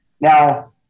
Now